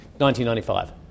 1995